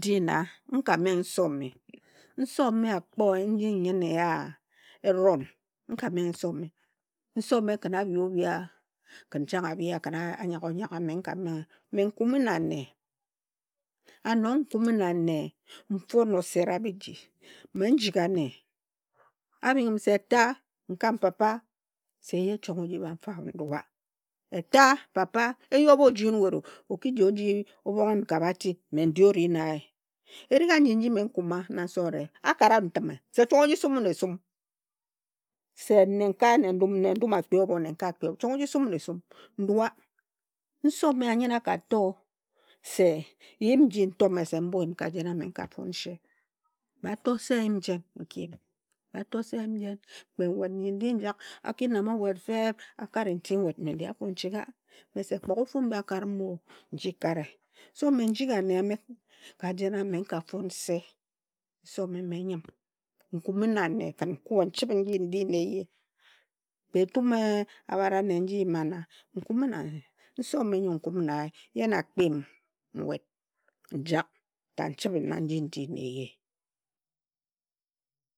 Ndi nna nka menghi nse o me. Nse ome akpoe nji nyine nya eron. Nka menghi nse ome. Nse ome khin a bhia obhia, khin chang abhia khin anyaga onyaga, menka menghe. Me nkumi na nne, and nong nkumi na nne, nfon osera bhiji. Njigha nne. Abhing m se etta, nkam papa, se eye chong oji bha mfao, me ndua. Etta, papa, eye o boji un nwet o, o ki ji un oji bhong un nkab ati, me nri ori na ye. Erig a ji nji mme nkuma na ns o ure, akara m ntime se chong oji sum un esum. Se nenka nendum, nenkae akpi obho nendum a kpi obho. Chong o ji sum un esum. Ndua. Nse o me anyine akato se yim nji me nto me se mboyim ka jena me nkafon nse. Kpe a to se nyim jen, nki yim, kpe ato se nyim jen, kpe nwet nyi ndi njak, aki nam owet feb akare nti nwet, me ndi afo nchingha, me se kpe bhagofu mbi akari mo, nji kare. So me njighi ane ame ka jen a me nka fon nse. Nse ome me nyim. Nkumi na nne khin nkue, nchibhe nji ndi nna eye. Kpe etum abharane nji nyima nna eye nkumi na nse ome nyo nkumi na ye, ya na akpi m nwet njak ta nchibhi na nji ndi na eye.